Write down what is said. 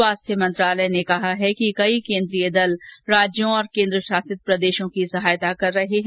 स्वास्थ्य मंत्रालय ने कहा है कि कई केन्द्रीय दल राज्यों और केन्द्रशासित प्रदेशों की सहायता कर रहे हैं